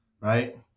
Right